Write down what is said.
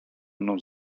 mną